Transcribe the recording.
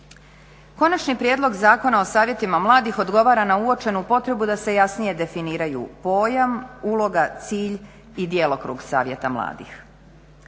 Konačni prijedlog zakona o savjetima mladih odgovara na uočenu potrebu da se jasnije definiraju pojam, uloga, cilj i djelokrug savjeta mladih.